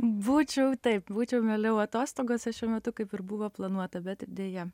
būčiau taip būčiau mieliau atostogose šiuo metu kaip ir buvo planuota bet deja